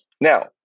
Now